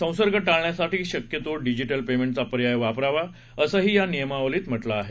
संसर्ग टाळण्यासाठी शक्यतो डिजीटल पेमेंटचा पर्याय वापरावा असंही या नियमावलीत म्हटलं आहे